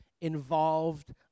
involved